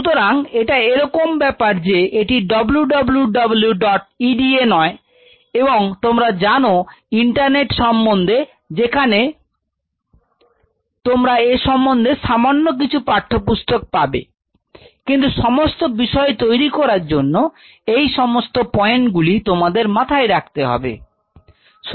সুতরাং এটা এরকম ব্যাপার যে এটি wwweda নয় এবং তোমরা জানো ইন্টারনেট এর সম্বন্ধে যেখানে তোমরা এ সম্বন্ধে সামান্য কিছু পাঠ্যপুস্তক পাবে কিন্তু সমস্ত বিষয় তৈরি করার জন্য এই সমস্ত পয়েন্টগুলি তোমাদের মাথায় রাখতে হবে